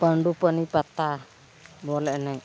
ᱯᱟᱹᱰᱩᱯᱟᱱᱤ ᱯᱟᱛᱟ ᱵᱚᱞ ᱮᱱᱮᱡ